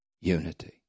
unity